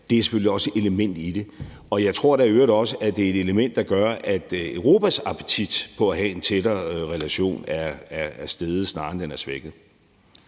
er selvfølgelig også et element i det, og jeg tror i øvrigt også, at det er et element, der gør, at Europas appetit på at have en tættere relation er steget, snarere end at den er svækket.